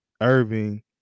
Irving